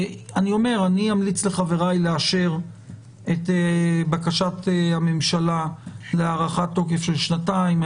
אני אומר שאני אמליץ לחבריי לאשר את בקשת הממשלה להארכת תוקף של שנתיים.